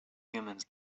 humans